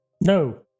No